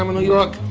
um new york,